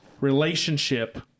relationship